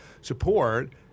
support